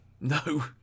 No